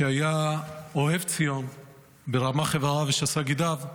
שהיה אוהב ציון ברמ"ח איבריו ושס"ה גידיו,